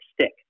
stick